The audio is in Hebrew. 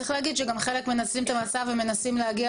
צריך להגיד שגם חלק מנצלים את המצב